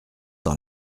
dans